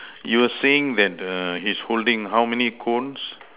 you are saying that he is holding how many cones